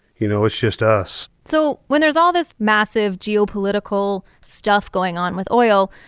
you know? it's just us so when there's all this massive geopolitical stuff going on with oil,